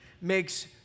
makes